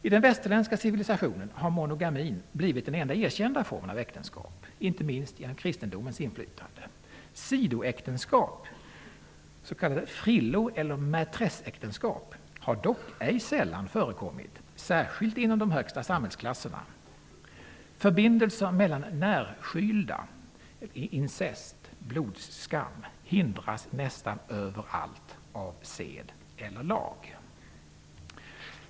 I den västerländska civilisationen har monogamin blivit den enda erkända formen av Ä., ej minst genom kristendomens inflytande; sidoäktenskap har dock ej sällan förekommit, särskilt inom de hösta samhällsklasserna. Förbindelser mellan närskylda hindras nästan överallt av sed el. lag'' Herr talman!